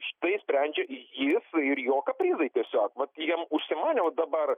štai sprendžia jis ir jo kaprizai tiesiog vat jiem užsimanė vat dabar